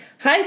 Hi